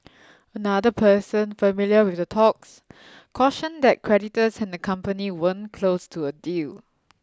another person familiar with the talks cautioned that creditors and the company weren't close to a deal